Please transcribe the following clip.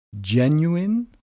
genuine